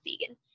vegan